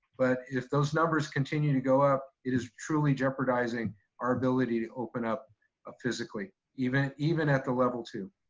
but if those numbers continue to go up, it is truly jeopardizing our ability to open up ah physically, even even at the level two.